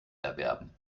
erwerben